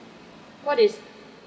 what is